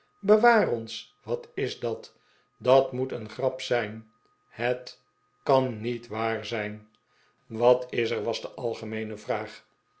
bewaar ons wat is dat dat moet een grap zijn het het kan niet waar zijn wat is er was de algemeene vraag